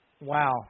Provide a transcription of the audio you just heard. Wow